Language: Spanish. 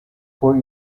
fue